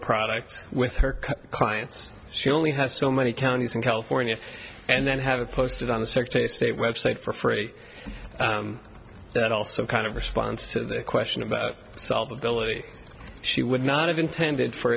products with her clients she only has so many counties in california and then have it posted on the secretary of state website for free but also kind of response to the question about solvability she would not have intended for